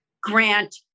Grant